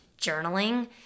journaling